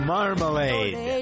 Marmalade